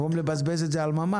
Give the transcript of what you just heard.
במקום לבזבז את זה על ממ"ד,